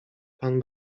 pan